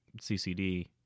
ccd